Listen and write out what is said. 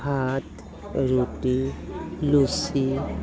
ভাত ৰুটি লুচি